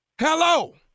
Hello